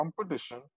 competition